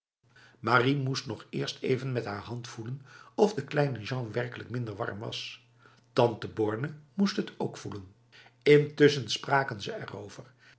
marie moest nog eerst even met haar hand voelen of kleine jean werkelijk minder warm was tante borne moest het ook voelen intussen spraken ze